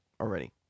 already